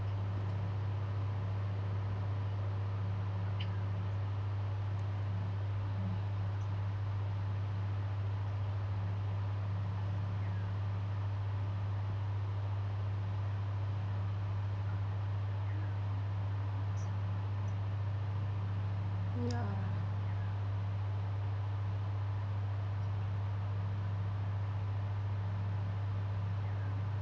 ya